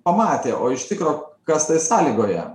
pamatė o ištikro kas tai sąlygoja